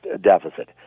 deficit